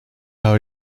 how